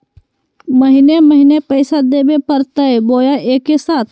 महीने महीने पैसा देवे परते बोया एके साथ?